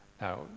Now